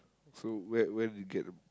so where where did you get the